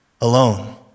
alone